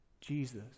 Jesus